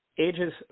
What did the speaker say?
Ages